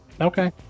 Okay